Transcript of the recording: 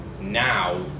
now